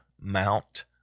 Mount